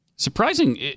Surprising